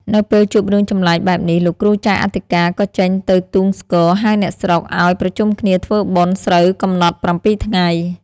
នៅពេលជួបរឿងចម្លែកបែបនេះ លោកគ្រូចៅអធិការ ក៏ចេញ ទៅទូងស្គរ ហៅអ្នកស្រុកឲ្យប្រជុំគ្នាធ្វើបុណ្យស្រូវកំណត់ ៧ ថ្ងៃ ។